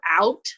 out